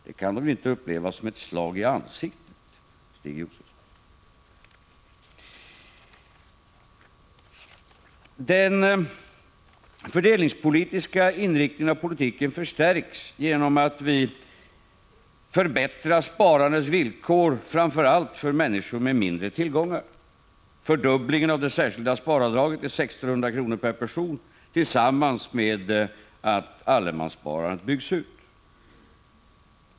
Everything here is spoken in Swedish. Det kan de inte uppleva som ett slag i ansiktet, Stig Josefson. Den fördelningspolitiska inriktningen av politiken förstärks genom att vi förbättrar sparandes villkor framför allt för människor med mindre tillgångar. Vi föreslår att det särskilda sparavdraget fördubblas till 1 600 kr. per person tillsammans med att allemanssparandet byggs ut.